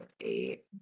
eight